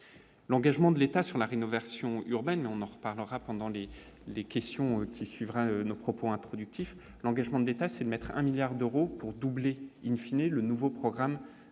L'engagement de l'État sur la rénovation urbaine, on en reparlera pendant les les questions qui suivra nos propos introductif, l'engagement de l'État sait mettre un 1000000000 d'euros pour doubler, in fine, et le nouveau programme de